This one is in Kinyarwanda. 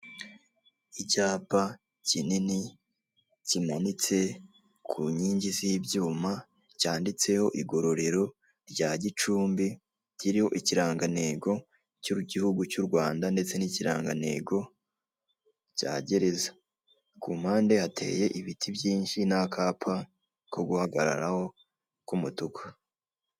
Icyapa kinini kimanitse ku nkingi z'ibyuma cyanditseho igororero rya Gicumbi. Kiriho ikirangantego k'igihugu cy'u Rwanda ndetse n'ikirangantego cya gereza ku mpandi hateye ibiti byinshi n'akapa ko guhagararaho k'umutuku.